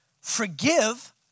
forgive